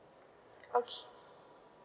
okay